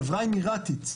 חברה אמירתית.